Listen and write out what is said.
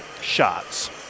shots